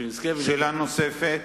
שאלה נוספת.